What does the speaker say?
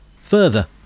Further